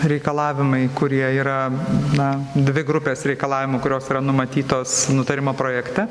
reikalavimai kurie yra na dvi grupės reikalavimų kurios yra numatytos nutarimo projekte